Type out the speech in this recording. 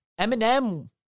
Eminem